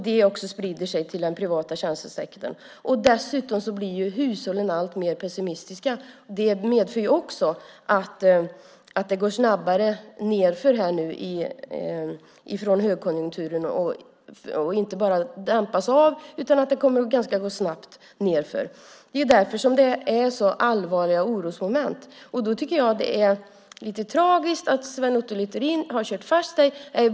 Det sprider sig också till den privata tjänstesektorn. Dessutom blir hushållen alltmer pessimistiska. Det medför också att det går snabbare nedför från högkonjunkturen. Den inte bara dämpas, utan det kommer att gå ganska så snabbt nedför. Det är därför som det är så allvarliga orosmoment. Det är lite tragiskt att Sven Otto Littorin har kört fast.